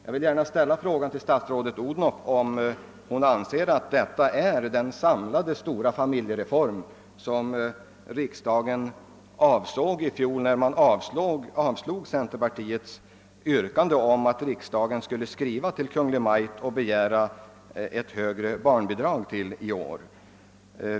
Jag vill gärna fråga statsrådet Odhnoff om hon anser att detta är den samlade, stora familjereform som avsågs i fjol när riksdagen avslog centerpartiets yrkande att riksdagen skulle skriva till Kungl. Maj:t med begäran om ett högre barnbidrag till årets riksdag.